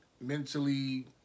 mentally